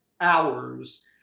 hours